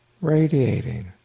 radiating